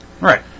Right